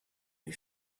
die